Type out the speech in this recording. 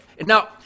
Now